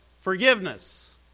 forgiveness